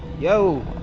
yo.